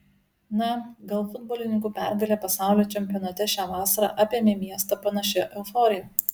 na gal futbolininkų pergalė pasaulio čempionate šią vasarą apėmė miestą panašia euforija